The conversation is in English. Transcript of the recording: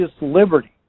liberty